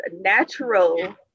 natural